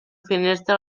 finestra